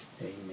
Amen